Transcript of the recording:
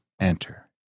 enter